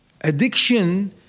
Addiction